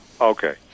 Okay